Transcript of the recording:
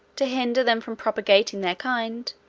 to hinder them from propagating their kind,